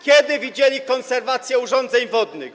Kiedy widzieli konserwację urządzeń wodnych?